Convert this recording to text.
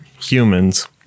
humans